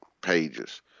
pages